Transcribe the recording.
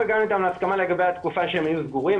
אנחנו הגענו איתם להסכמה לגבי התקופה שהם היו סגורים,